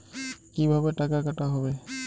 কিভাবে টাকা কাটা হবে?